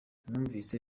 numvise